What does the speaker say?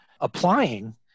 applying